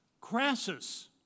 Crassus